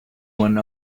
one